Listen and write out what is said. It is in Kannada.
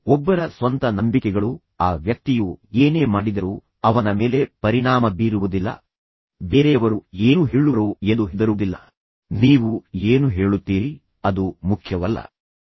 ಒಬ್ಬರ ಸ್ವಂತ ನಂಬಿಕೆಗಳು ಆ ವ್ಯಕ್ತಿಯು ಏನೇ ಮಾಡಿದರೂ ಅವನ ಮೇಲೆ ಪರಿಣಾಮ ಬೀರುವುದಿಲ್ಲ ಬೇರೆಯವರು ಏನು ಹೇಳುವರೋ ಎಂದು ಹೆದರುವುದಿಲ್ಲ ಅದು ಹಾಗಲ್ಲ ನೀವು ಏನು ಹೇಳುತ್ತೀರಿ ಎಂಬುದರ ಬಗ್ಗೆ ನಾನು ತಲೆಕೆಡಿಸಿಕೊಳ್ಳುವುದಿಲ್ಲ ಅದು ಮುಖ್ಯವಲ್ಲ